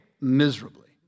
miserably